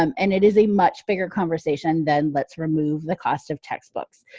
um and it is a much bigger conversation than let's remove the cost of textbooks.